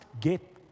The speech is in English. get